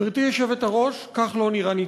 גברתי היושבת-ראש, כך לא נראה ניתוח.